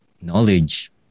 knowledge